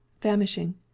Famishing